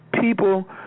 people